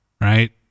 right